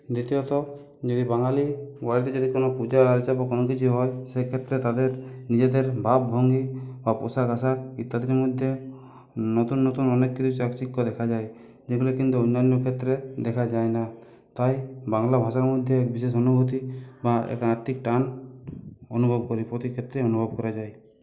দ্বিতীয়ত নিজে বাঙালি বলাতে যদি কোনও পূজাআর্চ্চা বা কোনও কিছু হয় সেক্ষেত্রে তাদের নিজেদের ভাব ভঙ্গি বা পোশাক আসাক ইত্যাদির মধ্যে নতুন নতুন অনেক কিছু চাকচিক্য দেখা যায় যেগুলো কিন্তু অন্যান্য ক্ষেত্রে দেখা যায় না তাই বাংলা ভাসার মধ্যে বিশেষ অনুভূতি বা এক আত্মিক টান অনুভব করি প্রতি ক্ষেত্রে অনুভব করা যায়